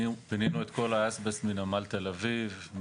פינינו את כל האסבסט מנמל תל אביב,